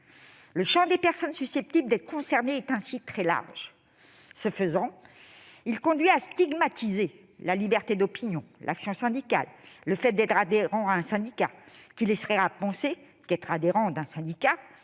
Le champ des personnes susceptibles d'être concernées est ainsi très large. Ce faisant, il conduit à stigmatiser la liberté d'opinion, l'action syndicale, le fait d'être adhérent à un syndicat, qui laisserait à penser qu'être adhérent d'un syndicat